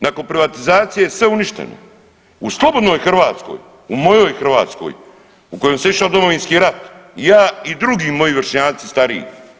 Nakon privatizacije sve uništeno u slobodnoj Hrvatskoj, u mojoj Hrvatskoj u kojoj sam iša u Domovinski rat, ja i drugi moji vršnjaci stariji.